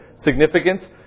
significance